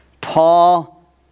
Paul